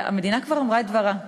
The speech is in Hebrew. והמדינה כבר אמרה את דברה.